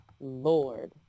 Lord